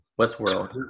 Westworld